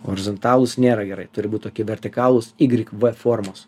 horizontalūs nėra gerai turi būt tokie vertikalūs ygrik v formos